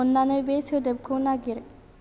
अननानै बे सोदोबखौ नागिर